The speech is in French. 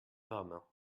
femmes